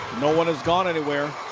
no one has gone anywhere.